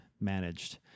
managed